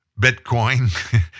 Bitcoin